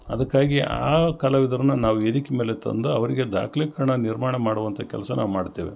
ಅದಕ್ಕಾಗಿ ಆ ಕಲಾವಿದರನ್ನ ನಾವು ವೇದಿಕೆ ಮೇಲೆ ತಂದು ಅವರಿಗೆ ದಾಖ್ಲಿಕರ್ಣ ನಿರ್ಮಾಣ ಮಾಡುವಂಥ ಕೆಲಸ ನಾವು ಮಾಡ್ತೇವೆ